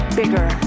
bigger